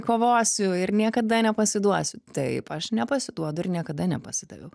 kovosiu ir niekada nepasiduosiu taip aš nepasiduodu ir niekada nepasidaviau